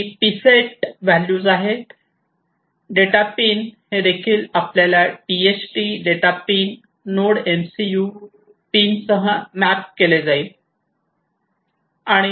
data pin हे देखील आपल्याला DHT data pin node MCU पिनसह मॅप केले जाईल